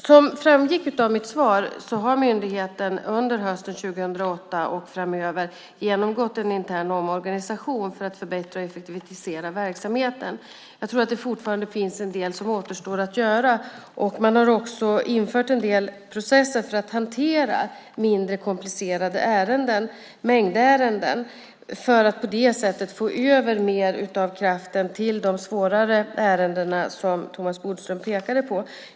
Som framgick av mitt svar har myndigheten under hösten 2008 och därefter genomgått en intern omorganisation för att förbättra och effektivisera verksamheten. Jag tror att det fortfarande finns en del som återstår att göra. Man har infört en del processer för att hantera mindre komplicerade ärenden, mängdärenden, för att på det sättet få över mer av kraften till de svårare ärenden som Thomas Bodström pekade på.